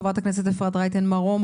חברת הכנסת אפרת רייטן מרום,